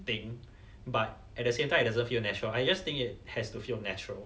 thing but at the same time it doesn't feel natural I just think it has to feel natural